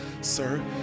Sir